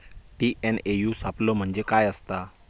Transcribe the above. TNAU सापलो म्हणजे काय असतां?